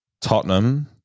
Tottenham